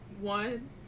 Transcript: One